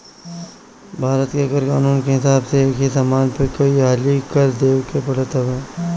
भारत के कर कानून के हिसाब से एकही समान पे कई हाली कर देवे के पड़त हवे